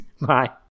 Bye